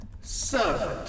servant